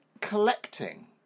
collecting